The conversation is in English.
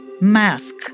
mask